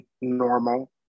normal